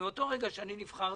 מאותו רגע שאני נבחרתי,